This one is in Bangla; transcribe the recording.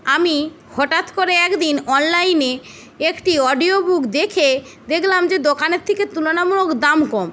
আমি হঠাৎ করে একদিন অনলাইনে একটি অডিও বুক দেখে দেখলাম যে দোকানের থেকে তুলনামূলক দাম কম